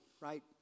right